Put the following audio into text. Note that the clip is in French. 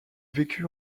vécut